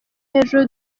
hejuru